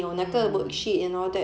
mm